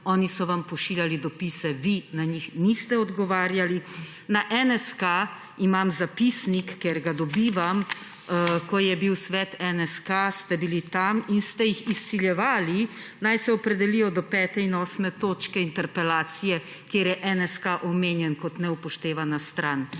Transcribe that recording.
oni so vam pošiljali dopise, vi na njih niste odgovarjali. Imam zapisnik Nacionalnega sveta za kulturo, ker ga dobivam, ko je bil Svet NSK, ste bili tam in ste jih izsiljevali, naj se opredelijo do 5. in 8. točke interpelacije, kjer je NSK omenjen kot neupoštevana stran.